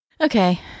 Okay